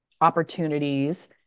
opportunities